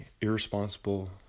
irresponsible